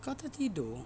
kau tertidur